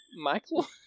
Michael